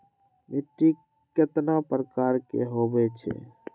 मिट्टी कतना प्रकार के होवैछे?